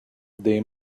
they